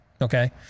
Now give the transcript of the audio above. Okay